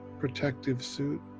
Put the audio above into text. protective suit,